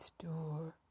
Store